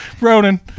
Ronan